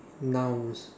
nouns